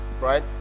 right